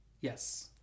Yes